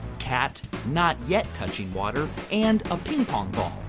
cat not-yet-touching water, and a ping pong ball.